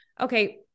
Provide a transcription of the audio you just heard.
okay